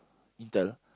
Intel